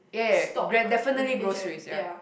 stock in the kitchen ya